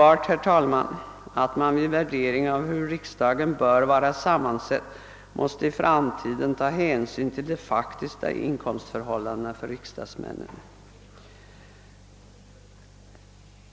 Det är uppenbart att man vid en värdering av hur riksdagen bör vara sammansatt i framtiden måste ta hänsyn till de faktiska inkomstförhållandena för riksdagsmännen.